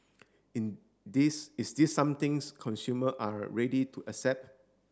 in this is this somethings consumer are ready to accept